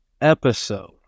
episode